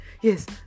yes